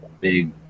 big